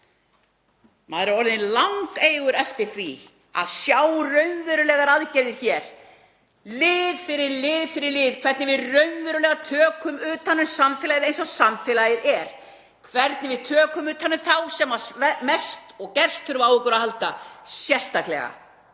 Maður er orðinn langeygur eftir því að sjá raunverulegar aðgerðir hér, lið fyrir lið, hvernig við raunverulega tökum utan um samfélagið eins og samfélagið er, hvernig við tökum utan um þá sem mest þurfa á okkur að halda sérstaklega.